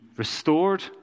Restored